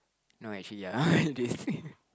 no actually ya I did